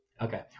Okay